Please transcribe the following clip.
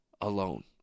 alone